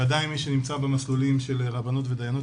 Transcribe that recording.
בוודאי מי שנמצא במסלולים של רבנות ודיינות,